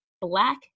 Black